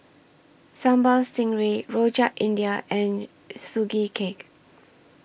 Sambal Stingray Rojak India and Sugee Cake